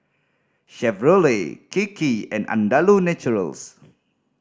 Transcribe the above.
Chevrolet Kiki and Andalou Naturals